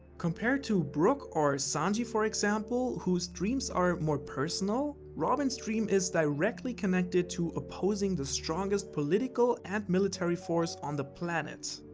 compared to brook or sanji for example, who's dreams are more personal, robin's dream is directly connected to opposing the strongest political and military force on the planet.